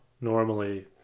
normally